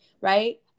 right